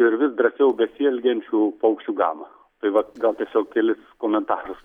ir vis drąsiau besielgiančių paukščių gamą tai vat gal tiesiog kelis komentarus